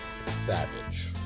Savage